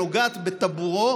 הנוגעת בטבורו